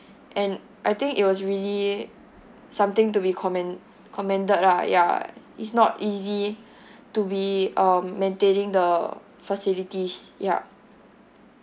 and I think it was really something to be commend commended lah ya it's not easy to be um maintaining the facilities yup